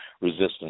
resistance